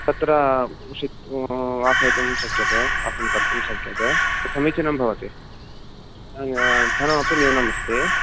तत्र उषित् वासयितुं शक्यते वासः कर्तुं शक्यते समीचीनं भवति धनमपि न्यूनमस्ति